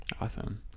Awesome